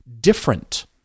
different